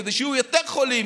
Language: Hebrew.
כדי שיהיו יותר חולים,